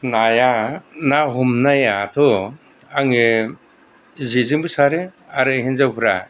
नाया ना हमनायाथ' आङो जेजोंबो सारो आरो हिन्जावफ्रा